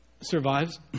survives